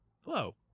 Hello